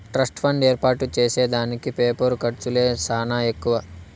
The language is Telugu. ట్రస్ట్ ఫండ్ ఏర్పాటు చేసే దానికి పేపరు ఖర్చులే సానా ఎక్కువ